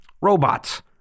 robots